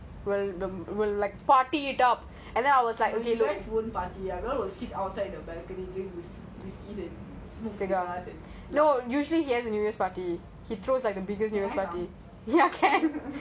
someone I was like no you guys won't party you will sit outside at the back drinking smoke cigar